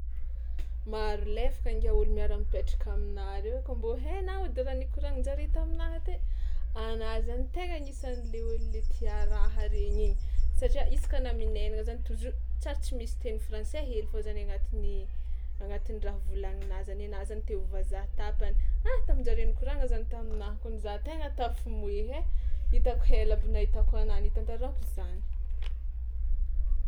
Maro lefaka ngiahy ôlo miara-mipetraka aminà reo, kôa mbô hainao edy raha nikoranin-jare taminahy te? Anà zainy tegna anisan'le olo le tià raha regny igny satria isaka anà minainana zany toujours tsary tsy misy teny français hely fao zany agnatin'ny agnatin'ny raha volaninà zany ianà zany te ho vazaha tapany. Ha, tamin-jareo nikorana zany taminahy kony za tena tafimoehy e, hitako hely aby nahitako anà nitantarako zany.